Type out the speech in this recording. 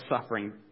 suffering